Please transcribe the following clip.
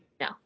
no